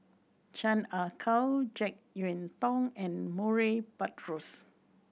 Chan Ah Kow Jek Yeun Thong and Murray Buttrose